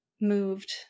moved